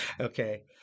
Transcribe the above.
Okay